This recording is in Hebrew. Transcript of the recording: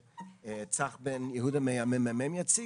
צח בן יהודה מהממ"מ יציג,